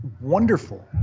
wonderful